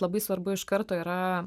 labai svarbu iš karto yra